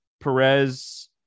Perez